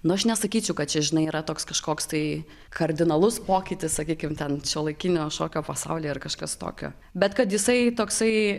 nu aš nesakyčiau kad čia žinai yra toks kažkoks tai kardinalus pokytis sakykim ten šiuolaikinio šokio pasauly ar kažkas tokio bet kad jisai toksai